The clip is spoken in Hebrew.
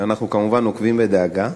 ואנחנו כמובן עוקבים בדאגה.